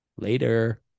Later